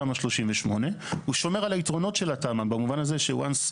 תמ"א 38. הוא שומר את היתרונות של התמ"א במובן הזה שאושרה